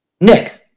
Nick